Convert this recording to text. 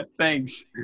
Thanks